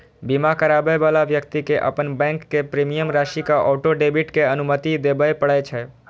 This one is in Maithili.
बीमा कराबै बला व्यक्ति कें अपन बैंक कें प्रीमियम राशिक ऑटो डेबिट के अनुमति देबय पड़ै छै